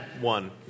one